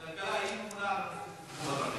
ועדת הכלכלה, היא ממונה על,